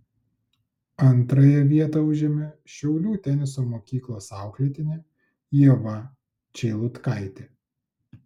antrąją vietą užėmė šiaulių teniso mokyklos auklėtinė ieva čeilutkaitė